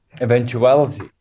eventuality